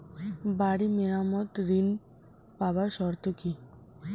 বাড়ি মেরামত ঋন পাবার শর্ত কি?